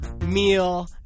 meal